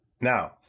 Now